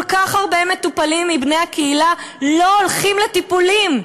כל כך הרבה מטופלים מבני הקהילה לא הולכים לטיפולים.